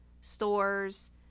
stores